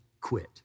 quit